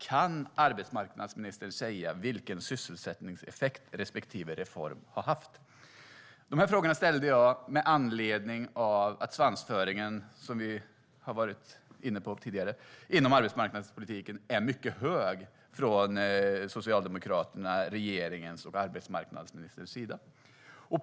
Kan arbetsmarknadsministern säga vilken sysselsättningseffekt respektive reform har haft? De här frågorna ställde jag med anledning av att svansföringen är mycket hög hos Socialdemokraterna, regeringen och arbetsmarknadsministern när det gäller arbetsmarknadspolitiken, vilket vi har varit inne på tidigare.